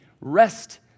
Rest